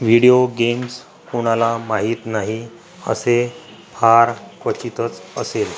video games कुणाला माहीत नाही असे फार क्वचितच असेल